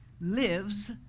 lives